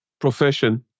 profession